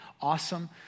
Awesome